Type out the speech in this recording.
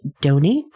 donate